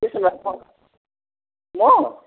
त्यसो भए म म